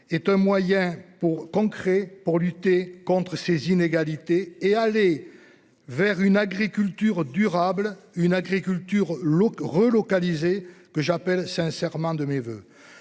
est un moyen pour concrets pour lutter contre ces inégalités et aller vers une agriculture durable, une agriculture. Relocaliser que j'appelle sincèrement de mes voeux.